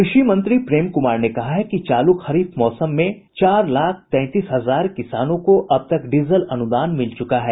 कृषि मंत्री प्रेम कुमार ने कहा है कि चालू खरीफ मौसम में चार लाख तैंतीस हजार किसानों को अब तक डीजल अनुदान मिल चुका है